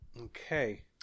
okay